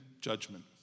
judgment